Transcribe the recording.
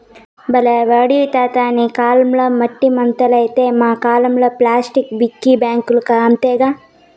బల్లే ఓడివి తాతా నీ కాలంల మట్టి ముంతలైతే మా కాలంల ప్లాస్టిక్ పిగ్గీ బాంకీలు అంతేగా